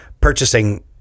purchasing